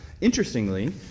Interestingly